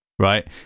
Right